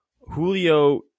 Julio